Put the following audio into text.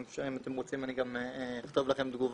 אם אתם רוצים, אני אכתוב לכם תגובה.